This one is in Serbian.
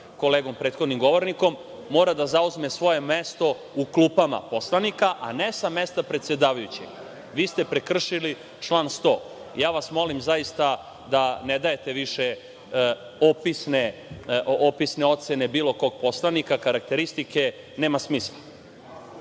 kolegom prethodnim govornikom, mora da zauzme svoje mesto u klupama poslanika, a ne sa mesta predsedavajućeg. Vi ste prekršili član 100. Ja vas molim, zaista, da ne dajete više opisne ocene bilo kog poslanika, karakteristike, nema smisla.